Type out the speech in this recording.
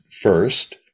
first